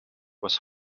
was